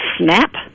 Snap